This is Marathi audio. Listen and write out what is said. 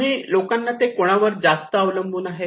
आम्ही लोकांना ते कोणावर जास्त अवलंबून आहेत